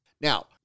Now